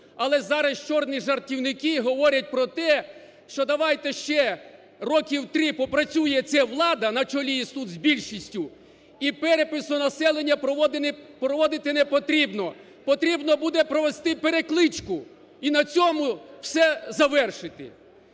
Але зараз чорні жартівники говорять про те, що давайте ще років три попрацює ця влада на чолі тут з більшістю, і перепису населення проводити не потрібно, потрібно буде провести перекличку і на цьому все завершити.